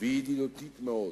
וידידותית מאוד.